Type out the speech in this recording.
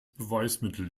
beweismittel